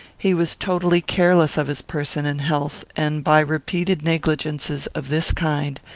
he was totally careless of his person and health, and, by repeated negligences of this kind,